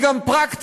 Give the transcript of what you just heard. היא גם פרקטיקה.